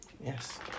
Yes